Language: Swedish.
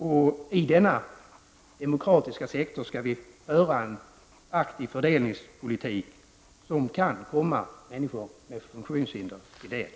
Inom denna demokratiska sektor skall vi föra en aktiv fördelningspolitik, som kan komma människor med funktionshinder till del.